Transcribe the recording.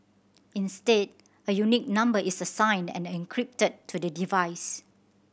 instead a unique number is assigned and encrypted to the device